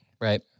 right